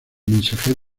mensajero